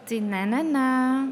tai ne ne ne